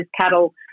cattle